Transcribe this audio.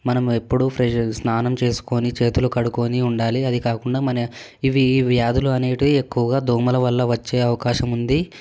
మనం ఎప్పుడూ ఫ్రెజ్ స్నానం చేసుకొని చేతులు కడుక్కొని ఉండాలి అది కాకుండా మన ఇవి వ్యాధులు అనేటివి ఎక్కువగా దోమల వల్ల వచ్చే అవకాశం ఉంది